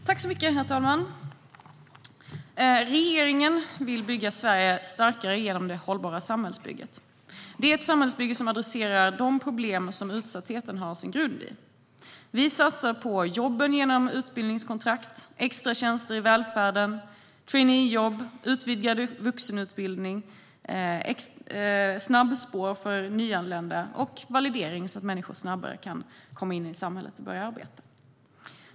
Herr talman! Regeringen vill bygga Sverige starkare genom det hållbara samhällsbygget. Det är ett samhällsbygge som adresserar de problem som utsattheten har sin grund i. Vi satsar på jobben genom utbildningskontrakt, extra tjänster i välfärden, traineejobb, utvidgad vuxenutbildning, snabbspår för nyanlända och validering så att människor snabbare kan komma in i samhället och börja arbeta.